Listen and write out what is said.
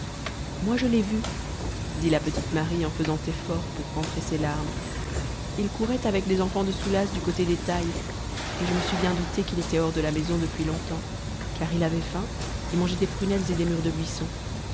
moi je l'ai vu dit la petite marie en faisant effort pour rentrer ses larmes il courait avec les enfants de soulas du côté des tailles et je me suis bien doutée qu'il était hors de la maison depuis longtemps car il avait faim et mangeait des prunelles et des mûres de buisson